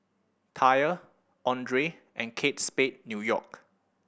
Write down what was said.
TYR Andre and Kate Spade New York